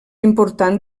important